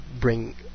bring